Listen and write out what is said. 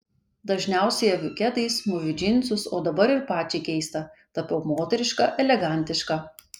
dažniausiai aviu kedais mūviu džinsus o dabar ir pačiai keista tapau moteriška elegantiška